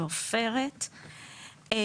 ועופרת (Pb),